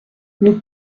nous